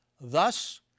Thus